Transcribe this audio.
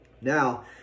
Now